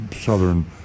southern